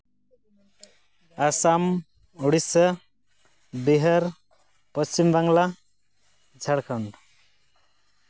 Assam Odisha Bihar Paschim Bangla Jharkhand